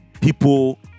people